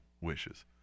wishes